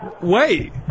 Wait